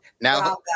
now